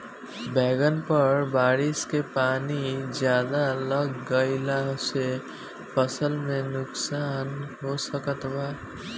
बैंगन पर बारिश के पानी ज्यादा लग गईला से फसल में का नुकसान हो सकत बा?